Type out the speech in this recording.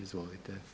Izvolite.